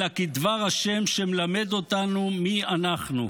אלא כדבר השם, שמלמד אותנו מי אנחנו,